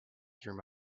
through